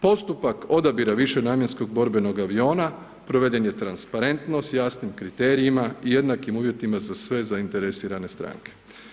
Postupak odabira višenamjenskog borbenog aviona proveden je transparentno s jasnim kriterijima i jednakim uvjetima za sve zainteresirane stranke.